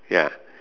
ya